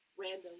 random